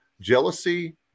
jealousy